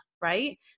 right